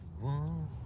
one